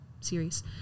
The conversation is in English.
series